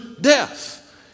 death